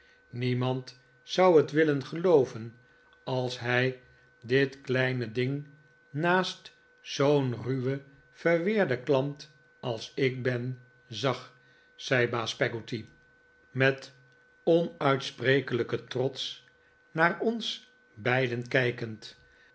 niemand zou het willen gelooven als hij dit kleine ding naast zoo'n ruwen verweerden klant als ik ben zag zei baas peggotty met onuitsprekelijken trots naar ons beiden kijkend